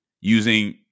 using